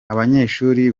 abanyeshuri